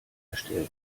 erstellen